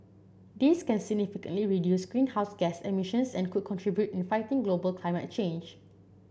this can significantly reduce greenhouse gas emissions and could contribute in fighting global climate change